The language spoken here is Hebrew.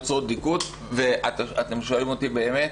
אם אתם שואלים אותי באמת,